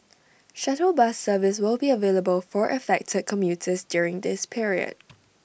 shuttle bus service will be available for affected commuters during this period